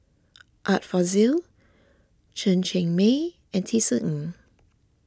Art Fazil Chen Cheng Mei and Tisa Ng